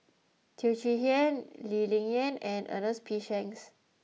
Teo Chee Hean Lee Ling Yen and Ernest P Shanks